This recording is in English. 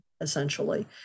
essentially